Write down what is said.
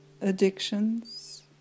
addictions